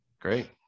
Great